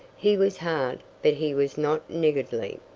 he was hard, but he was not niggardly.